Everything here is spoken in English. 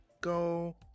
go